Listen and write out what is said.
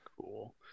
Cool